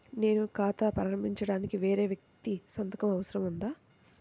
నేను ఖాతా ప్రారంభించటానికి వేరే వ్యక్తి సంతకం అవసరం ఉందా?